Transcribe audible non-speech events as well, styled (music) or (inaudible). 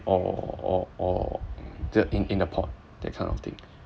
or or or the in in the pot that kind of thing (noise)